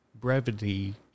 brevity